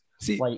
See